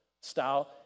style